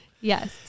yes